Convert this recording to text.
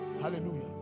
Hallelujah